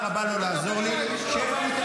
שב, שב.